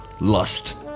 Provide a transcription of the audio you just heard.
lust